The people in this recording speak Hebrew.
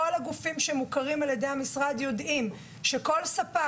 כל הגופים שמוכרים על-ידי המשרד יודעים שכל ספק